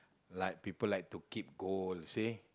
like people like to keep gold see